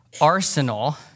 arsenal